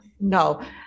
No